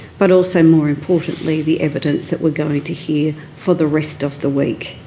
but also, more importantly, the evidence that we're going to hear for the rest of the week.